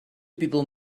people